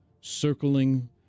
circling